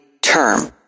term